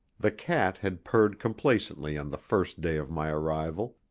the cat had purred complacently on the first day of my arrival,